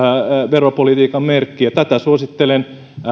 veropolitiikan merkki ja tätä suosittelen